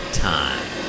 time